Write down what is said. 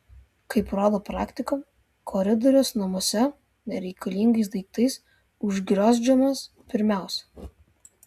kaip rodo praktika koridorius namuose nereikalingais daiktais užgriozdžiamas pirmiausia